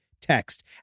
text